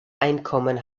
einkommen